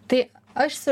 tai aš